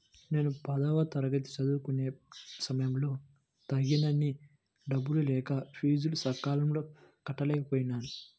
నేను పదవ తరగతి చదువుకునే సమయంలో తగినన్ని డబ్బులు లేక ఫీజులు సకాలంలో కట్టలేకపోయాను